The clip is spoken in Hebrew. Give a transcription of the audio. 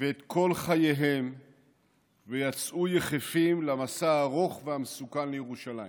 ואת כל חייהם ויצאו יחפים למסע הארוך והמסוכן לירושלים.